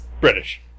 British